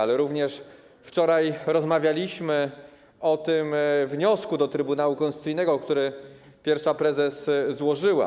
Ale również wczoraj rozmawialiśmy o tym wniosku do Trybunału Konstytucyjnego, który pierwsza prezes złożyła.